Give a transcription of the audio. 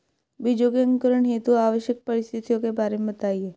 बीजों के अंकुरण हेतु आवश्यक परिस्थितियों के बारे में बताइए